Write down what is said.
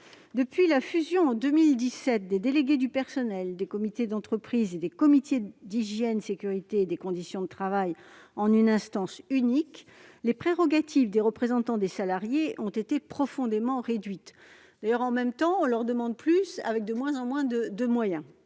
Depuis la fusion, en 2017, des délégués du personnel, des comités d'entreprise et des comités d'hygiène, de sécurité et des conditions de travail, les CHSCT, en une instance unique, les prérogatives des représentants des salariés ont été profondément réduites. On leur demande toujours plus avec de moins en moins de moyens